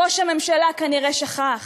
ראש הממשלה כנראה שכח,